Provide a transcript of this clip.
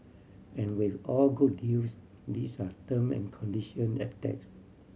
and with all good deals these are term and condition attach